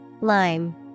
Lime